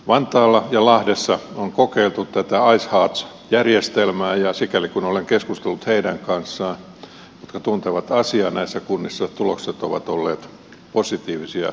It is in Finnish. vantaalla ja lahdessa on kokeiltu tätä icehearts järjestelmää ja sikäli kuin olen keskustellut heidän kanssaan jotka tuntevat asiaa näissä kunnissa tulokset ovat olleet positiivisia ja kannustavia